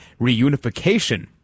reunification